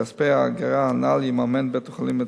מכספי האגרה הנ"ל יממן בית-החולים את